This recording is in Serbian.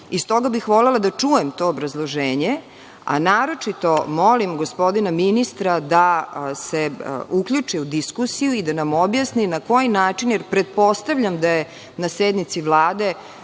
bih volela da čujem to obrazloženje, a naročito molim gospodina ministra da se uključi u diskusiju i da nam objasni na koji način, jer pretpostavljam da je na sednici Vlade